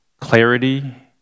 clarity